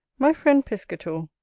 my friend piscator,